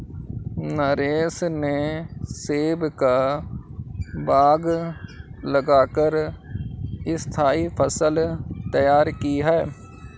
नरेश ने सेब का बाग लगा कर स्थाई फसल तैयार की है